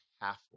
halfway